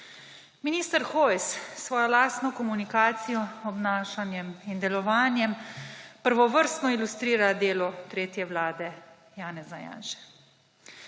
Minister Hojs s svojo lastno komunikacijo, obnašanjem in delovanjem prvovrstno ilustrira delo tretje vlade Janeza Janše.